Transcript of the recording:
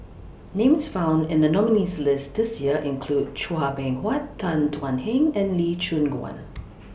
Names found in The nominees' list This Year include Chua Beng Huat Tan Thuan Heng and Lee Choon Guan